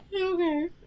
Okay